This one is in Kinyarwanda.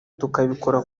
tukabikora